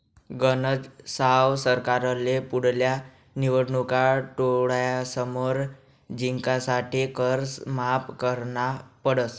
गनज साव सरकारले पुढल्या निवडणूका डोळ्यासमोर जिंकासाठे कर माफ करना पडस